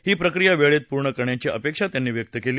ही प्रक्रिया वेळेत पूर्ण करण्याची अपेक्षा त्यांनी व्यक्त केली